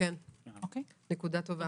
נקודה טובה.